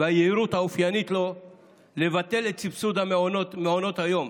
והיהירות האופיינית לו לבטל את סבסוד מעונות היום.